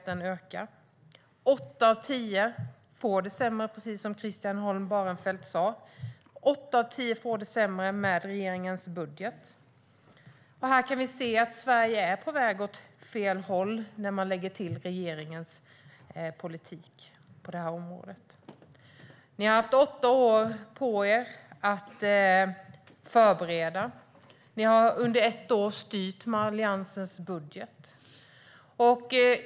Åtta av tio får det sämre med regeringens budget, precis som Christian Holm Barenfeld sa. Sverige är på väg åt fel håll med regeringens politik på detta område. Ni har haft åtta år på er att förbereda, Ylva Johansson. Ni har styrt under ett år med Alliansens budget.